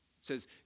says